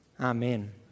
Amen